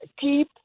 keep